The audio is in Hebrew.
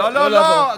לא לא לא,